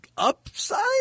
upside